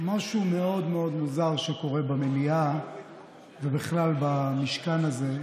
משהו מאוד מאוד מוזר שקורה במליאה ובכלל במשכן הזה,